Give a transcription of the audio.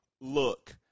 look